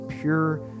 pure